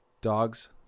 dogs